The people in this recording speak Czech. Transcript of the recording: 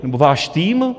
Nebo váš tým?